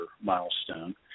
milestone